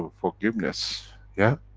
forgiveness'. yeah?